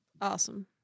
Awesome